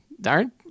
Darn